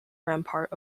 rampart